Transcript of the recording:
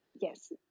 yes